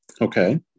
okay